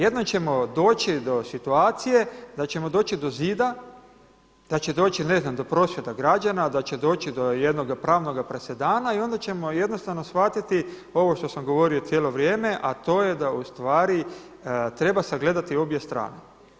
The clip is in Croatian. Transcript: Jednom ćemo doći do situacije da ćemo doći do zida, da će doći ne znam do prosvjeda građana, da će doći do jednoga pravnoga presedana i onda ćemo jednostavno shvatiti ovo što sam govorio cijelo vrijeme, a to je da treba sagledati obje strane.